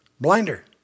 Blinder